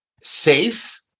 safe